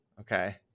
Okay